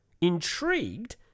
Intrigued